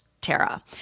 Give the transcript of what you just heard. Tara